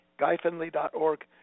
guyfinley.org